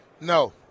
No